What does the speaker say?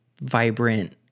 vibrant